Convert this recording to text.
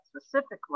specifically